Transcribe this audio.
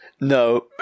No